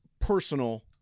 personal